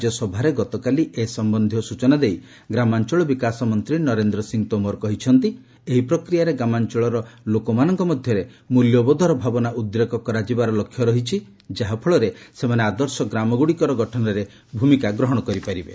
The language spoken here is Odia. ରାଜ୍ୟସଭାରେ ଗତକାଲି ଏ ସମ୍ଭନ୍ଧୀୟ ସ୍ନଚନା ଦେଇ ଗ୍ରାମାଞ୍ଚଳ ବିକାଶ ମନ୍ତ୍ରୀ ନରେନ୍ଦ୍ର ସିଂ ତୋମର୍ କହିଛନ୍ତି ଏହି ପ୍ରକ୍ରିୟାରେ ଗ୍ରାମାଞ୍ଚଳର ଲୋକମାନଙ୍କ ମଧ୍ୟରେ ମୂଲ୍ୟବୋଧର ଭାବନା ଉଦ୍ରେକ କରାଯିବାର ଲକ୍ଷ୍ୟ ରହିଛି ଯାହାଫଳରେ ସେମାନେ ଆଦର୍ଶ ଗ୍ରାମଗୁଡ଼ିକର ଗଠନରେ ଭୂମିକା ଗ୍ରହଣ କରିପାରିବେ